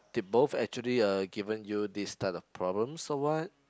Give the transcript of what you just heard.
did both actually uh given you these type of problems or what